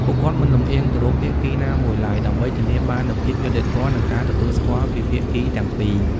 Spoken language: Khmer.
ពួកគាត់មិនលំអៀងទៅរកភាគីណាមួយឡើយ ដើម្បីធានាបាននូវភាពយុត្តិធម៌ និងការទទួលស្គាល់ពីភាគីទាំងពីរ។